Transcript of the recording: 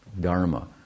dharma